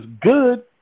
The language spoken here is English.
good